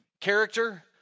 character